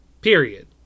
Period